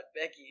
Becky